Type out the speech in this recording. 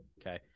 Okay